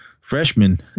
freshmen